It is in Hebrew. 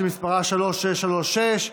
שמספרה פ/3636,